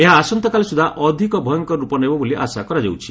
ଏହା ଆସନ୍ତାକାଲି ସୁଦ୍ଧା ଅଧିକ ଭୟଙ୍କର ରୂପ ନେବ ବୋଲି ଆଶା କରାଯାଉଛି